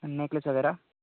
necklace वगैरह